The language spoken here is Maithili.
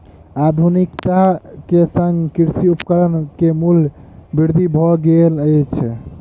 आधुनिकता के संग कृषि उपकरण के मूल्य वृद्धि भेल अछि